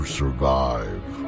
survive